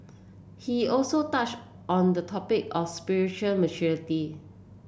he also touch on the topic of spiritual maturity